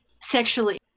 sexually